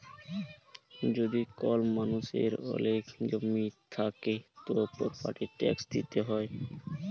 যদি কল মালুষের ওলেক জমি থাক্যে, তাকে প্রপার্টির ট্যাক্স দিতে হ্যয়